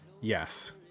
Yes